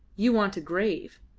you want a grave.